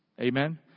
Amen